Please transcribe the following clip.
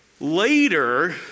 Later